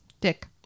dick